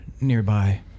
nearby